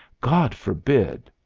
god forbid!